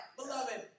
beloved